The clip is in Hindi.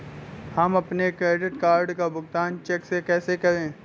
हम अपने क्रेडिट कार्ड का भुगतान चेक से कैसे करें?